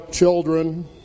Children